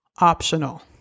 optional